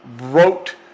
wrote